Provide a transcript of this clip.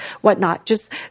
whatnot—just